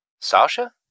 Sasha